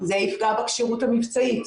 זה יפגע בכשירות המבצעית,